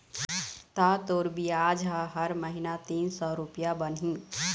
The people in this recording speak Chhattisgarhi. ता तोर बियाज ह हर महिना तीन सौ रुपया बनही